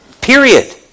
Period